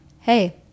Hey